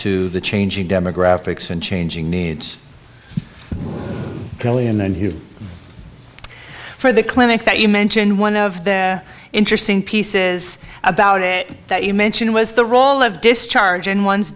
to the changing demographics and changing needs to go in and for the clinic that you mentioned one of the interesting pieces about it that you mentioned was the role of discharge in one's